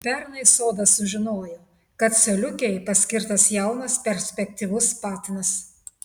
pernai sodas sužinojo kad coliukei paskirtas jaunas perspektyvus patinas